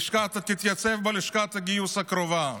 תתייצב בלשכת הגיוס הקרובה.